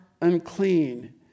unclean